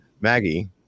Maggie